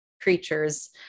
creatures